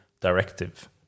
directive